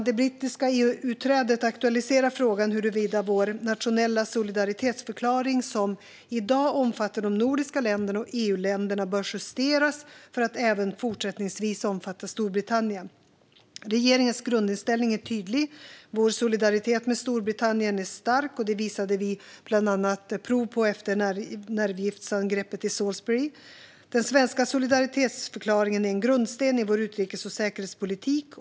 Det brittiska EU-utträdet aktualiserar frågan huruvida vår nationella solidaritetsförklaring, som i dag omfattar de nordiska länderna och EU-länderna, bör justeras för att även fortsättningsvis omfatta Storbritannien. Regeringens grundinställning är tydlig. Vår solidaritet med Storbritannien är stark. Det visade vi bland annat prov på efter nervgiftsangreppet i Salisbury. Den svenska solidaritetsförklaringen är en grundsten i vår utrikes och säkerhetspolitik.